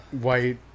white